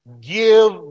Give